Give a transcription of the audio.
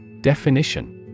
Definition